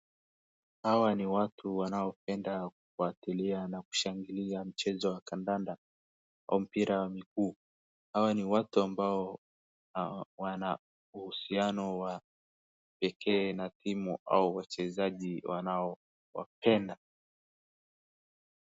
Hawa ni watu wanopenda kufuatilia na kushangilia mchezo wa kandanda au mpira wa miguu, hawa ni watu ambao wana uhusiano wa pekee na timu au wachezaji wanaowapenda.